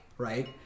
Right